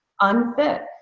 unfit